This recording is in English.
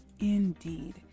Indeed